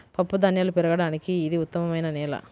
పప్పుధాన్యాలు పెరగడానికి ఇది ఉత్తమమైన నేల